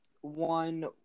one